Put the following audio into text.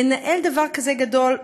לנהל דבר כזה גדול,